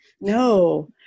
No